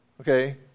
okay